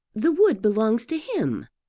the wood belongs to him,